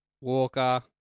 Walker